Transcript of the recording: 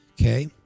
Okay